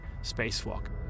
spacewalk